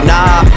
Nah